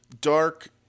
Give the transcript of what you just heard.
dark